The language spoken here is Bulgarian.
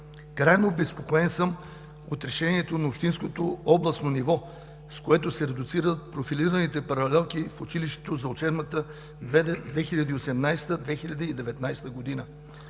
крайно обезпокоен съм от решението на общинско и областно ниво, с което се редуцират профилираните паралелки в училището за учебната 2018/2019 г.